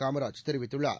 காமராஜ் தெரிவித்துள்ளார்